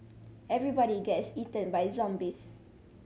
everybody gets eaten by zombies